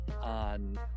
on